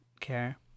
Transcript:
care